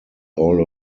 all